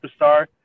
superstar